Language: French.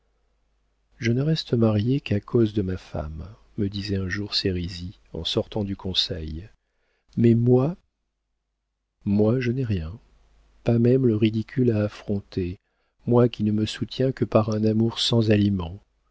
je ne reste marié qu'à cause de ma femme me disait un jour sérizy en sortant du conseil mais moi moi je n'ai rien pas même le ridicule à affronter moi qui ne me soutiens que par un amour sans aliment